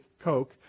Coke